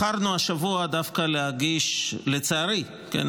בחרנו השבוע דווקא להגיש, לצערי, כן?